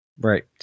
Right